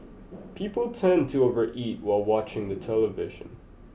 people tend to overeat while watching the television